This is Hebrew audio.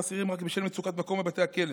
אסירים רק בשל מצוקת מקום בבתי הכלא.